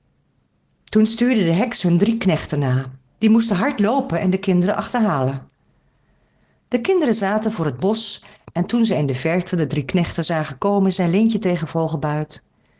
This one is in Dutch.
toen stuurde de heks hun drie knechten na die moesten hard loopen en de kinderen achterhalen de kinderen zaten voor het bosch en toen zij in de verte de drie knechten zagen komen zei leentje tegen